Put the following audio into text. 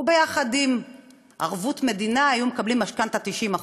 וביחד עם ערבות מדינה היו מקבלים משכנתה 90%,